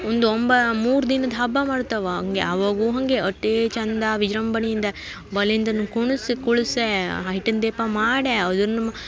ಒಂದು ಒಂಬಾ ಮೂರು ದಿನದ ಹಬ್ಬ ಮಾಡ್ತವೆ ಹಂಗೆ ಅವಾಗೂ ಹಾಗೆ ಅಷ್ಟೇ ಚಂದ ವಿಜೃಂಭಣೆಯಿಂದ ಬಲಿಂದ್ರನ ಕುಣಿಸಿ ಕುಳ್ಸ್ಯಾ ಐಟಿಂದು ದೀಪ ಮಾಡಿ ಅದನ್ನು ಮಾ